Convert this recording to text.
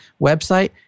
website